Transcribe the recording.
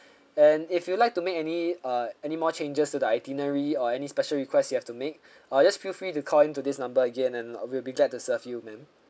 and if you'd like to make any uh any more changes to the itinerary or any special requests you have to make uh just feel free to call in to this number again and we'll be glad to serve you ma'am